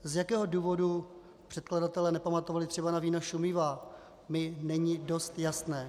Z jakého důvodu předkladatelé nepamatovali třeba na vína šumivá, mi není dost jasné.